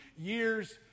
years